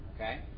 okay